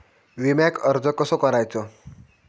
विम्याक अर्ज कसो करायचो?